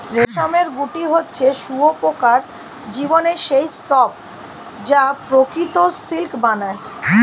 রেশমের গুটি হচ্ছে শুঁয়োপোকার জীবনের সেই স্তুপ যা প্রকৃত সিল্ক বানায়